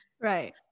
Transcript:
right